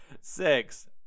Six